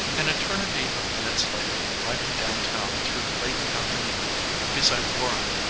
an eternity of minutes later, riding down-town through the late afternoon beside warren,